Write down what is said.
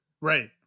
Right